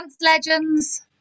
legends